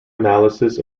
analysis